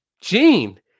gene